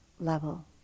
level